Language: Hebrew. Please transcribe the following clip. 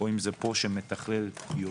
או אם זה פה שמתכלל יותר.